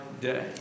day